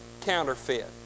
counterfeit